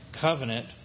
covenant